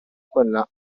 quella